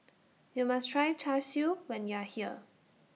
YOU must Try Char Siu when YOU Are here